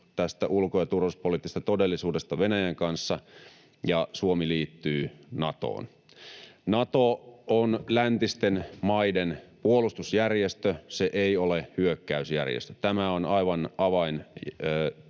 tästä ulko- ja turvallisuuspoliittisesta todellisuudesta Venäjän kanssa ja Suomi liittyy Natoon. Nato on läntisten maiden puolustusjärjestö. Se ei ole hyökkäysjärjestö. Tämä on aivan